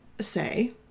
say